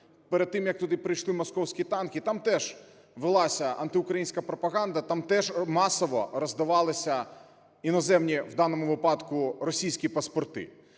перед тим, як туди прийшли московські танки, там теж велася антиукраїнська пропаганда, там теж масово роздавалися іноземні в даному випадку російські паспорти.